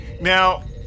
Now